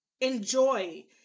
enjoy